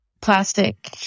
plastic